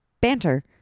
banter